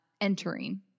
entering